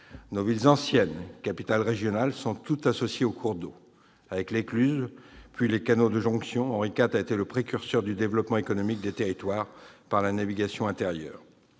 Nos villes anciennes, capitales régionales, sont toutes associées aux cours d'eau. Avec l'écluse, puis les canaux de jonction, Henri IV a été le précurseur du développement économique des territoires par la navigation intérieure.